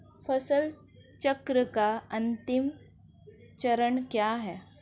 फसल चक्र का अंतिम चरण क्या है?